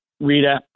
Rita